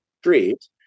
street